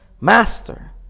Master